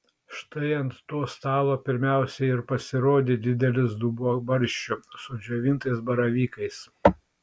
štai ant to stalo pirmiausia ir pasirodė didelis dubuo barščių su džiovintais baravykais